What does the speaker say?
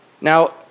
Now